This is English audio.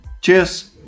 Cheers